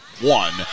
one